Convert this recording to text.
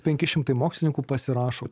penki šimtai mokslininkų pasirašo